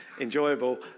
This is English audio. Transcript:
enjoyable